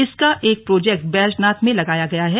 इसका एक प्रोजेक्ट बैजनाथ में लगाया गया है